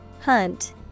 Hunt